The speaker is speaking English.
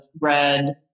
red